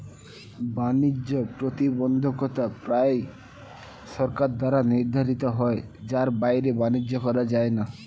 বাণিজ্য প্রতিবন্ধকতা প্রায়ই সরকার দ্বারা নির্ধারিত হয় যার বাইরে বাণিজ্য করা যায় না